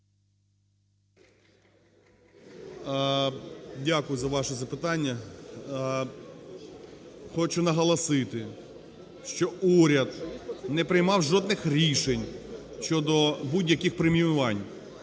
Дякую за ваше запитання. Хочу наголосити, що уряд не приймав жодних рішень щодо будь-яких преміювань,